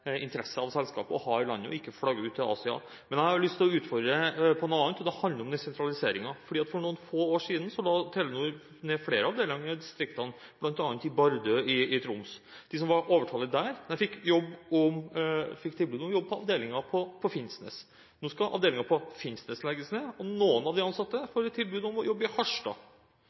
av strategisk interesse for selskapet å ha i landet og ikke flagge ut til Asia. Men jeg har lyst til å utfordre statsråden på noe annet, og det handler om den sentraliseringen: For noen få år siden la Telenor ned flere avdelinger i distriktene, bl.a. i Bardu i Troms. De som var overtallige der, fikk tilbud om jobb i avdelingen på Finnsnes. Nå skal avdelingen på Finnsnes legges ned, og noen av de ansatte får tilbud om å jobbe i